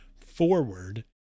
forward